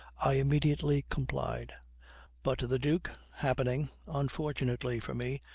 i immediately complied but the duke, happening, unfortunately for me,